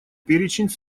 перечень